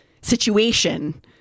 situation